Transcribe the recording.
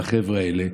עם החבר'ה האלה,